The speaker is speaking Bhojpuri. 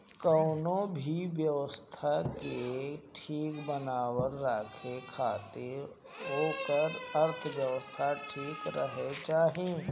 कवनो भी व्यवस्था के ठीक बनल रहे खातिर ओकर अर्थव्यवस्था ठीक रहे के चाही